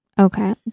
Okay